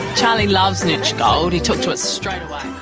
charlie loves nurture gold, he took to it straight away.